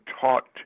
taught